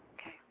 Okay